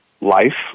life